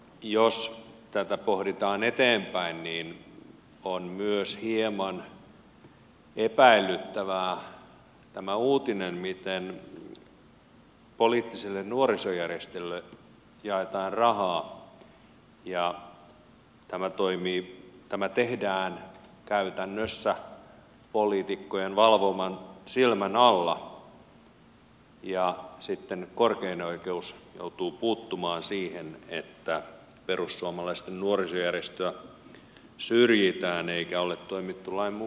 jos tätä pohditaan eteenpäin niin on myös hieman epäilyttävää tämä uutinen miten poliittisille nuorisojärjestöille jaetaan rahaa ja tämä tehdään käytännössä poliitikkojen valvovan silmän alla ja sitten korkein oikeus joutuu puuttumaan siihen että perussuomalaisten nuorisojärjestöä syrjitään eikä ole toimittu lain mukaan